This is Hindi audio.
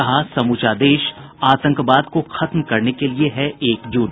कहा समूचा देश आतंकवाद को खत्म करने के लिये हैं एकजुट